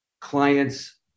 clients